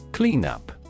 Cleanup